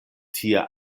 tie